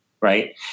right